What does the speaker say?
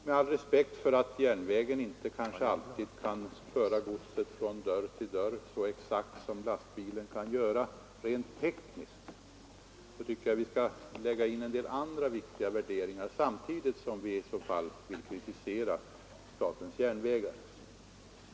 Med all respekt för att järnvägen kanske inte alltid kan föra godset från dörr till dörr så exakt som lastbilen kan göra rent tekniskt menar jag att vi skall lägga in en del andra viktiga värderingar samtidigt som vi i så fall kritiserar statens järnvägar.